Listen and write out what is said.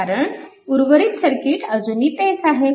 कारण उर्वरित सर्किट अजुनी तेच आहे